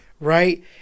Right